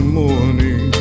morning